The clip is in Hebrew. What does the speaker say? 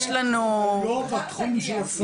לא בתחום של הסמים.